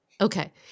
Okay